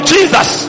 Jesus